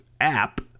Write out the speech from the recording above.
app